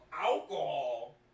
Alcohol